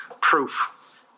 proof